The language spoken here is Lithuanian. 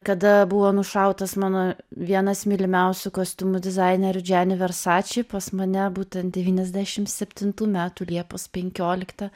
kada buvo nušautas mano vienas mylimiausių kostiumų dizainerių džiani versači pas mane būtent devyniasdešimt septintų metų liepos penkioliktą